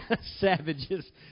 savages